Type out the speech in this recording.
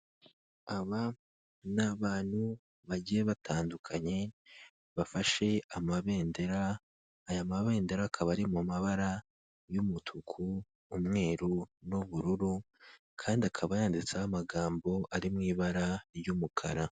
Aba ni abantu bagiye batandukanye bafashe amabendera, aya mabendera akaba ari mu mabara y'umutuku, umweru n'ubururu kandi akaba yanditseho amagambo ari mu ibara ry'umukara.